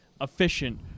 efficient